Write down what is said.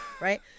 Right